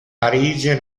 parigi